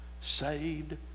saved